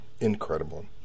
Incredible